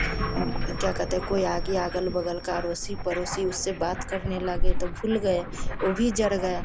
क्या कहते हैं कोई आ गया अगल बगल का अरोसी पड़ोसी उससे बात करने लगे तो भूल गए वह भी जल गया